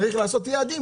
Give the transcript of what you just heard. צריך לעשות יעדים,